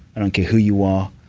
i don't care who you are.